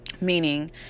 meaning